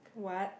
what